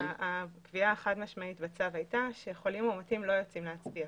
הקביעה החד משמעית בצו הייתה שחולים מאומתים לא יוצאים להצביע.